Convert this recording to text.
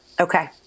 Okay